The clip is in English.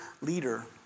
leader